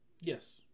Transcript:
yes